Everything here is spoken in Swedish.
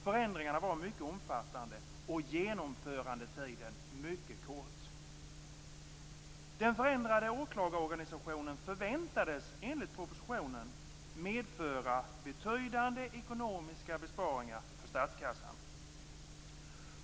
Förändringarna var mycket omfattande och genomförandetiden mycket kort. Den förändrade åklagarorganisationen förväntades, enligt propositionen, medföra betydande ekonomiska besparingar för statskassan.